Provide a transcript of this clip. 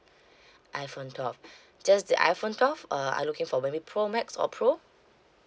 iPhone twelve just the iPhone twelve uh are you looking for maybe pro max or pro